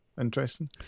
interesting